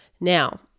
Now